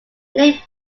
name